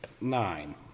Nine